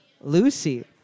Lucy